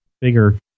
bigger